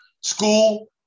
school